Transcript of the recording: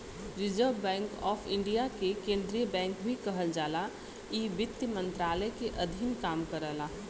reserve bank of India के केंद्रीय bank भी कहल जाला इ वित्त मंत्रालय के अधीन काम करला